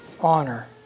honor